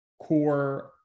core